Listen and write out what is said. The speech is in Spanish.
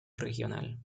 regional